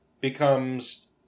becomes